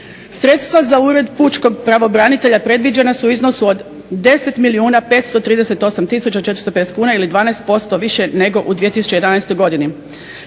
Sredstva za Ured pučkog pravobranitelja predviđena su u iznosu od 10.538,450 kuna ili 12% više nego u 2011. godini.